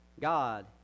God